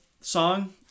song